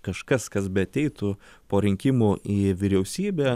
kažkas kas beateitų po rinkimų į vyriausybę